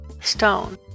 stone